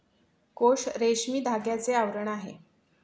कोश रेशमी धाग्याचे आवरण आहे